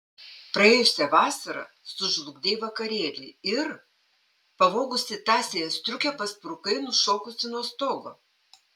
praėjusią vasarą sužlugdei vakarėlį ir pavogusi tąsiąją striukę pasprukai nušokusi nuo stogo